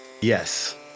yes